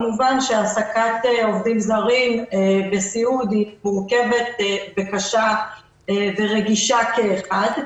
כמובן שהעסקת עובדים זרים בסיעוד היא מורכבת וקשה ורגישה כאחד,